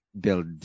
build